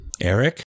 Eric